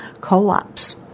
co-ops